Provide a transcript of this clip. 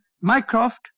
Mycroft